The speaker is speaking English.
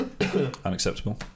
Unacceptable